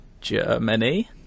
Germany